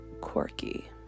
quirky